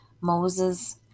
Moses